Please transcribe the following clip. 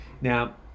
Now